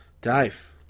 Dave